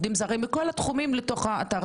כרגע אין לי נתון, אני יכולה לבדוק במדויק.